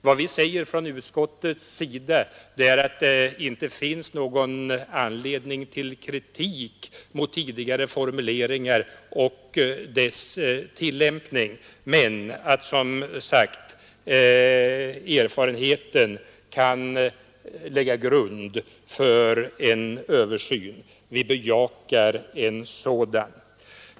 Vad vi säger från utskottets sida är att det inte finns någon anledning till kritik mot tidigare formuleringar eller mot tillämpningen av vapenfrilagen men att erfarenheterna nu kan läggas till grund för en översyn. Vi bejakar alltså en sådan.